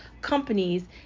companies